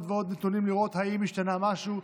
ועוד נתונים כדי לראות אם השתנה משהו.